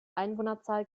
einwohnerzahl